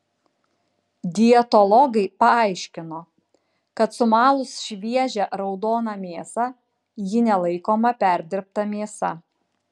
dietologai paaiškino kad sumalus šviežią raudoną mėsą ji nelaikoma perdirbta mėsa